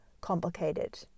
complicated